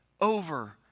over